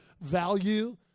value